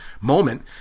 moment